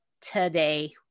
today